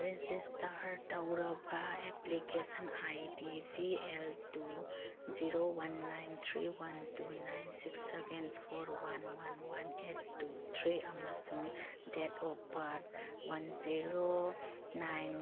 register ꯇꯧꯔꯕ application I D C L two zero one nine three one two nine six seven four one one one eight two three ꯑꯃꯁꯨꯡ date of birth one zero nine